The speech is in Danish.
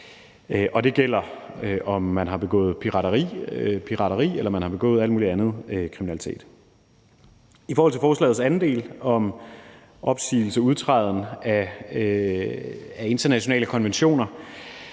det gælder, uanset om man har begået pirateri eller man har begået al mulig anden kriminalitet. I forhold til forslagets anden del om opsigelse og udtræden af internationale konventioner